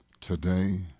Today